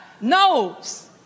Knows